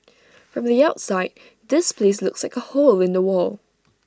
from the outside this place looks like A hole in the wall